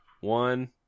One